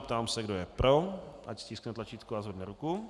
Ptám se, kdo je pro, ať stiskne tlačítko a zvedne ruku.